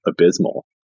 abysmal